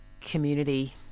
community